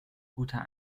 guter